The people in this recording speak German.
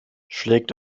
schlägt